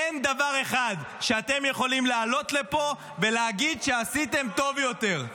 אין דבר אחד שאתם יכולים לעלות לפה ולהגיד שעשיתם טוב יותר.